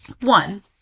One